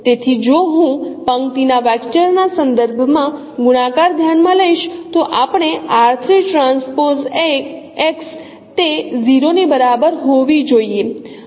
તેથી જો હું પંક્તિના વેક્ટરના સંદર્ભમાં ગુણાકાર ધ્યાનમાં લઈશ તો આપણને તે 0 ની બરાબર હોવી જોઈએ